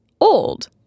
old